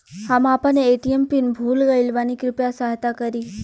हम आपन ATM PIN भूल गईल बानी कृपया सहायता करी